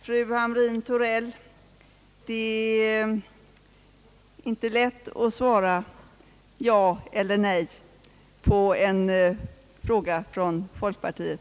Fru Hamrin-Thorell, det är inte lätt att svara ja eller nej på en fråga från folkpartiet.